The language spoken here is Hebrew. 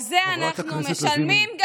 על זה אנחנו משלמים,